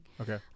Okay